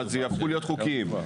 הם יהפכו להיות חוקיים.